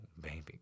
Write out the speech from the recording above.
baby